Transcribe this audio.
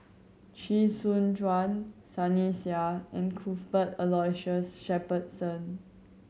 Chee Soon Juan Sunny Sia and Cuthbert Aloysius Shepherdson